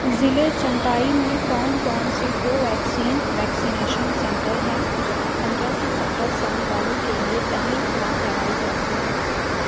ضلع چمپائی میں کون کون سے کوویکسین ویکسینیشن سنٹر ہیں جہاں پندرہ سے سترہ سال والوں کے لیے پہلی خوراک لگائی جاتی ہو